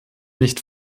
nicht